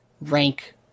rank